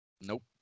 Nope